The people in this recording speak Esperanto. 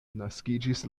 naskiĝis